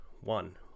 one